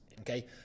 Okay